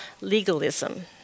legalism